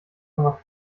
komma